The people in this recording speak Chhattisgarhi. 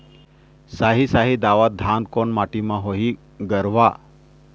साही शाही दावत धान कोन माटी म होही गरवा?